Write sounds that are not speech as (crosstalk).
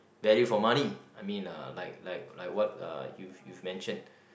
value for money I mean uh like like like what uh you've you've mentioned (breath)